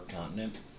continent